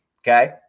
okay